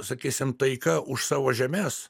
sakysim taika už savo žemes